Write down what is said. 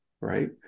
right